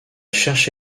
cherche